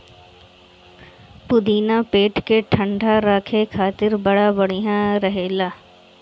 पुदीना पेट के ठंडा राखे खातिर बड़ा बढ़िया रहेला